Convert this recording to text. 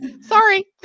Sorry